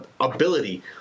ability